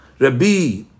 Rabbi